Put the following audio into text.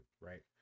right